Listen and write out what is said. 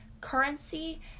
currency